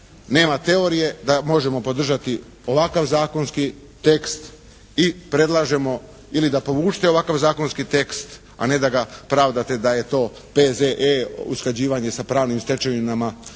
nema teorije da možemo podržati ovakav zakonski tekst i predlažemo ili da povučete ovakav zakonski tekst a ne da ga pravdate da je to P.Z.E. usklađivanje sa pravnim stečevinama